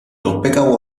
topeka